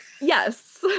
Yes